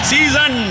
Season